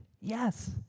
Yes